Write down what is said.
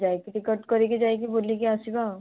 ଯାଇକି ଟିକଟ କରିକି ଯାଇକି ବୁଲିକି ଆସିବା ଆଉ